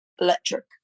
Electric